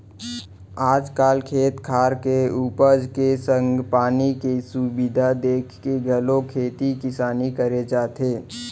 आज काल खेत खार के उपज के संग पानी के सुबिधा देखके घलौ खेती किसानी करे जाथे